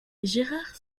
gerard